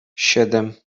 siedem